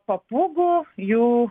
papūgų jų